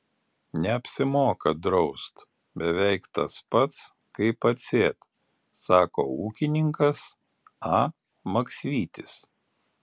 neapsimoka draust beveik tas pats kaip atsėt sako ūkininkas a maksvytis